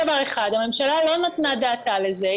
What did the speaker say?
הממשלה לא נתנה את דעתה לזה.